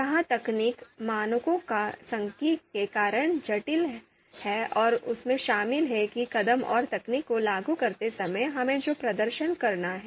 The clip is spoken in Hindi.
यह तकनीकी मानकों की संख्या के कारण थोड़ा जटिल है और इसमें शामिल हैं कि कदम और तकनीक को लागू करते समय हमें जो प्रदर्शन करना है